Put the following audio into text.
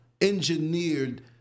engineered